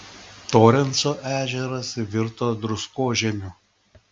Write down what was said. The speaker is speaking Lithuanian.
torenso ežeras virto druskožemiu